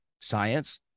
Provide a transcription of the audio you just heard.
Science